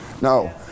no